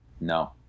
No